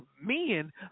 men